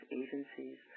agencies